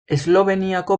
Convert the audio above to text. esloveniako